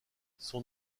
son